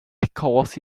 because